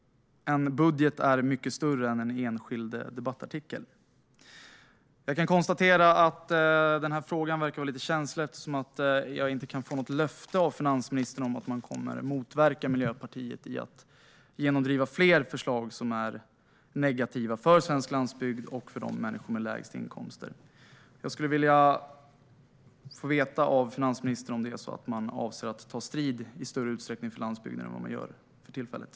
En budget är mycket större än en enskild debattartikel. Jag kan konstatera att den här frågan verkar vara lite känslig, eftersom jag inte kan få något löfte av finansministern om att man kommer att motverka Miljöpartiet om de vill genomdriva fler förslag som är negativa för svensk landsbygd och för de människor som har lägst inkomster. Jag skulle vilja få veta av finansministern om det är så att man avser att ta strid för landsbygden i större utsträckning än vad man gör för tillfället.